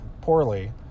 poorly